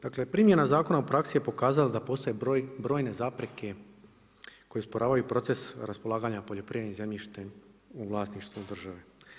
Dakle, primjena zakona u praksi je pokazalo da postoje brojne zapreke koji usporavaju proces raspolaganju poljoprivrednim zemljište u vlasništvu države.